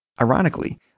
Ironically